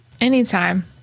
Anytime